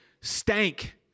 stank